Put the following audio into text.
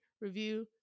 review